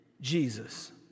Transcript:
Jesus